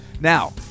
Now